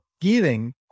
giving